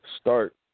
start